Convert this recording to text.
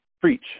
preach